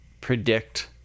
predict